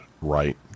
right